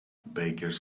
bakers